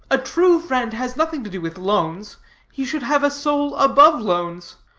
a true friend has nothing to do with loans he should have a soul above loans.